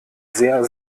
sehr